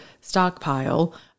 stockpile